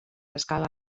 escala